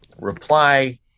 reply